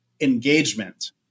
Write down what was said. engagement